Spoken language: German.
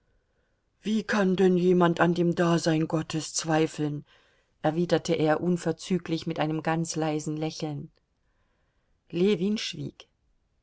wie kann denn jemand an dem dasein gottes zweifeln erwiderte er unverzüglich mit einem ganz leisen lächeln ljewin schwieg